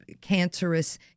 cancerous